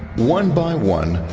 one by one,